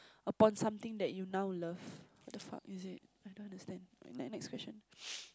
upon something that you now love what the fuck is it I don't understand next question